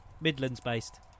Midlands-based